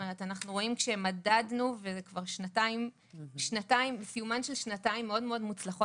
זאת אומרת אנחנו רואים שמדדנו וזה כבר סיומן של שנתיים מאוד מוצלחות.